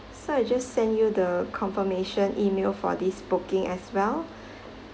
so I just send you the confirmation email for this booking as well